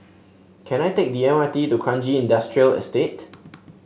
can I take the M R T to Kranji Industrial Estate